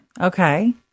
Okay